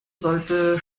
sollte